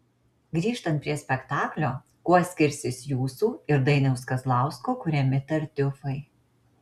grįžtant prie spektaklio kuo skirsis jūsų ir dainiaus kazlausko kuriami tartiufai